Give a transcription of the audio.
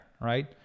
right